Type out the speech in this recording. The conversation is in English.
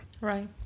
Right